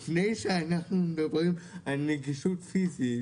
לפני שאנחנו מדברים על נגישות פיזית